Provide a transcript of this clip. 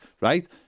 right